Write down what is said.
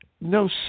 no